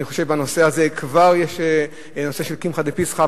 אני חושב בנושא הזה כבר יש נושא של קמחא דפסחא,